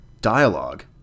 dialogue